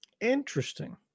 interesting